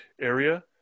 area